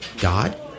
God